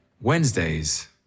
Wednesdays